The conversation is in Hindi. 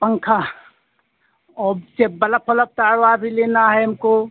पंखा और यह बलफ ओलफ तार वार भी लेना है हमको